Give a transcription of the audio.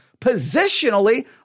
Positionally